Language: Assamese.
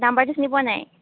নম্বৰটো চিনি পোৱা নাই